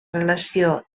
relació